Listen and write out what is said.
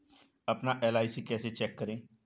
अपना एल.आई.सी कैसे चेक करें?